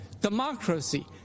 democracy